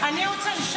רוצה תשובה, שיבוא גם.